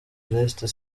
leicester